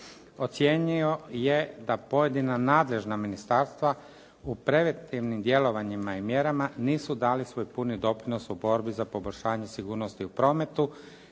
Ocijenio je da pojedina nadležna ministarstva u preventivnim djelovanjima i mjerama nisu dali svoj puni doprinos u borbi za poboljšanje sigurnosti u prometu